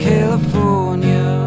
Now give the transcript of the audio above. California